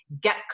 get